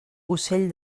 ocell